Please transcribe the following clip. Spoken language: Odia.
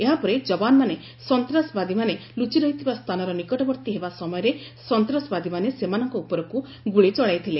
ଏହାପରେ ଯବାନମାନେ ସନ୍ତ୍ରାସବାଦୀମାନେ ଲୁଚିରହିଥିବା ସ୍ଥାନର ନିକଟବର୍ତ୍ତୀ ହେବା ସମୟରେ ସନ୍ତାସବାଦୀମାନେ ସେମାନଙ୍କ ଉପରକୁ ଗୁଳି ଚଳାଇଥିଲେ